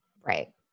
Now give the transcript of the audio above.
Right